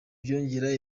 byongera